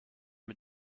mit